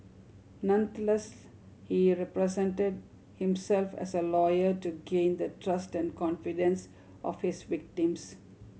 nonetheless he represented himself as a lawyer to gain the trust and confidence of his victims